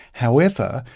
however,